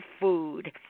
food